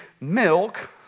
milk